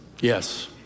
Yes